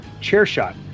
CHAIRSHOT